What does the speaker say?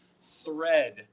thread